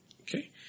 Okay